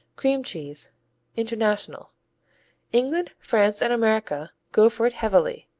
cream cheese international england, france and america go for it heavily.